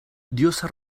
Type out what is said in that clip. diosa